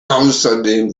außerdem